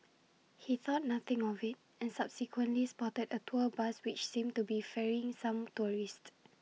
he thought nothing of IT and subsequently spotted A tour bus which seemed to be ferrying some tourists